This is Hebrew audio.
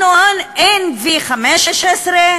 לנו אין 15V,